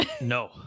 No